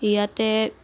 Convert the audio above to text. ইয়াতে